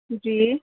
جی